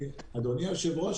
אדוני היושב-ראש,